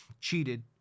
cheated